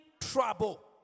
trouble